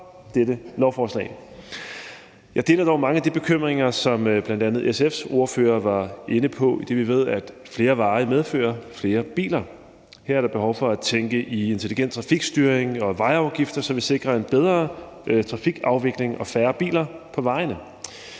Jeg deler dog mange af de bekymringer, som bl.a. SF's ordfører var inde på, idet vi ved, at flere veje medføre flere biler. Her er der behov for at tænke i intelligent trafikstyring og vejafgifter, så vi sikrer en bedre trafikafvikling og færre biler på vejene.